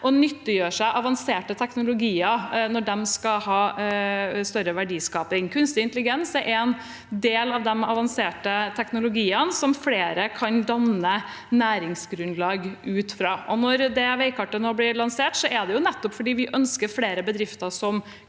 å nyttiggjøre seg avanserte teknologier når de skal ha større verdiskaping. Kunstig intelligens er en del av de avanserte teknologiene som flere kan danne næringsgrunnlag ut fra. Når det veikartet nå blir lansert, er det fordi vi ønsker flere bedrifter som